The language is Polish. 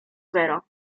zero